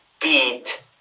Beat